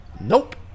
Nope